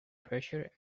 pressure